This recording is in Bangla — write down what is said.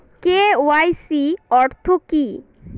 কে.ওয়াই.সি অর্থ কি?